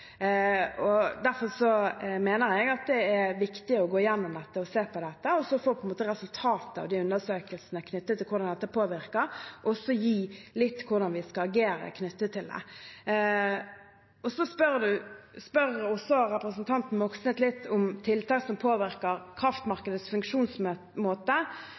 Derfor mener jeg det er viktig å gå gjennom dette og se på det, og så får resultatet av undersøkelsene knyttet til hvordan det påvirker, også si litt om hvordan vi skal agere. Representanten Moxnes spør litt om tiltak som påvirker kraftmarkedets funksjonsmåte. Vi har i den krisen som